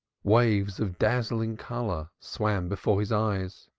waves of dazzling color swam before his eyes.